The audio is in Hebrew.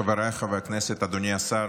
חבריי חברי הכנסת, אדוני השר,